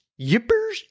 Yippers